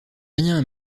rien